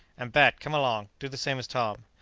and, bat, come along do the same as tom.